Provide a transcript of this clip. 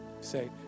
say